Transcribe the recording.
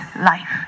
life